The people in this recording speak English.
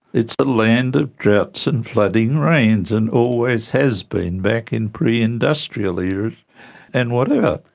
it's a land of droughts and flooding rains and always has been, back in preindustrial eras and whatever.